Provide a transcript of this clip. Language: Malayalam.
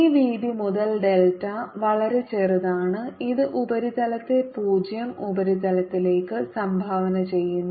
ഈ വീതി മുതൽ ഡെൽറ്റ വളരെ ചെറുതാണ് ഇത് ഉപരിതലത്തെ 0 ഉപരിതലത്തിലേക്ക് സംഭാവന ചെയ്യുന്നു